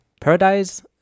Paradise